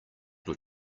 your